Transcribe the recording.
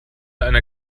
einer